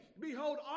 Behold